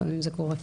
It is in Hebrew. לפעמים זה קורה.